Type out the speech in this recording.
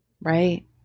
Right